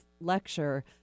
lecture